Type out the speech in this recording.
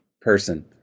person